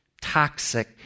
toxic